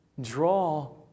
draw